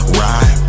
ride